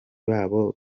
babo